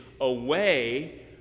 away